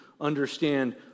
understand